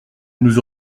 nous